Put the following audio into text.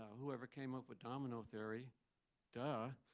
whoever came up with domino theory duh.